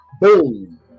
Boom